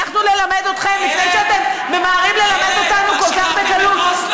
אנחנו נלמד אתכם לפני שאתם ממהרים ללמד אותנו כל כך בקלות.